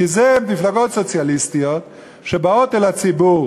כי אלה מפלגות סוציאליסטיות שבאות אל הציבור